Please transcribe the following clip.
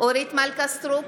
אורית מלכה סטרוק,